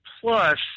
plus